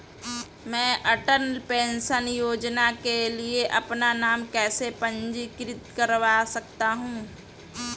मैं अटल पेंशन योजना के लिए अपना नाम कैसे पंजीकृत कर सकता हूं?